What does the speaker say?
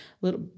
little